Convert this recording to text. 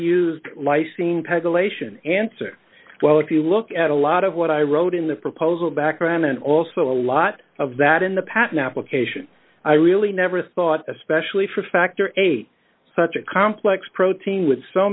used lysine peg elation answer well if you look at a lot of what i wrote in the proposal back around and also a lot of that in the patent application i really never thought especially for factor eight such a complex protein with so